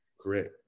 Correct